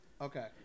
Okay